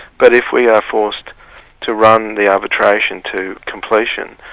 but if we are forced to run the arbitration to completion,